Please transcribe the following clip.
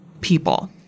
people